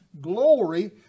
glory